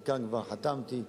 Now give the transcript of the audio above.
על חלק כבר חתמתי,